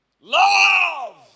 Love